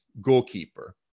goalkeeper